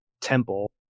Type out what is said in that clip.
temple